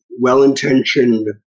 well-intentioned